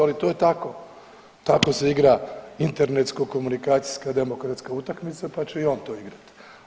Ali to je tako, tako se igra internetsko komunikacijska demokratska utakmica, pa će i on to igrati.